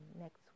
Next